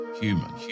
human